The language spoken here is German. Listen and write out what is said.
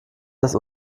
dass